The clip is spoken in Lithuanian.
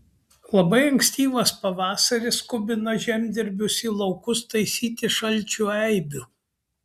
labai ankstyvas pavasaris skubina žemdirbius į laukus taisyti šalčių eibių